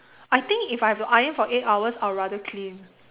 I think if I have to iron for eight hours I would rather clean